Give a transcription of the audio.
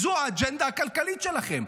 זו האג'נדה הכלכלית שלכם.